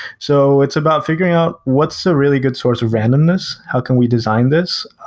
so it's about figuring out what's a really good source of randomness. how can we design this?